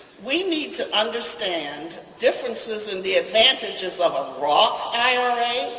we need to understand differences in the advantages of a roth ira,